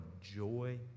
joy